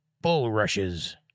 bulrushes